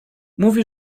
mówi